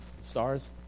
Stars